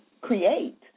create